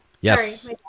Yes